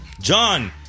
John